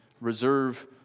Reserve